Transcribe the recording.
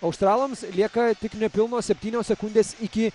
australams lieka tik nepilnos septynios sekundės iki